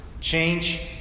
change